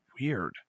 weird